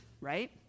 right